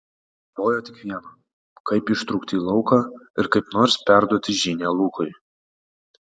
galvojo tik viena kaip ištrūkti į lauką ir kaip nors perduoti žinią lukui